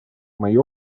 мое